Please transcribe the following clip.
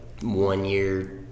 one-year